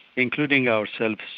including ourselves,